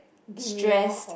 demure